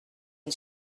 une